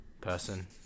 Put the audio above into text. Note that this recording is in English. Person